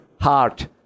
heart